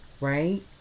right